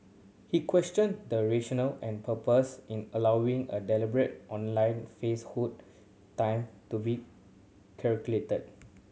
he questioned the rationale and purpose in allowing a deliberate online falsehood time to be circulated